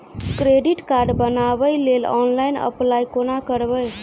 Credit card बनाबै लेल online apply कोना करबै?